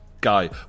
guy